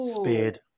Speed